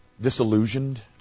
disillusioned